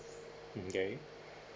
mm ~ K